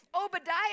Obadiah